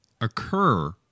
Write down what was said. occur